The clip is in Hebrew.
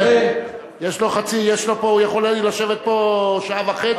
הוא יכול היה לשבת פה שעה וחצי.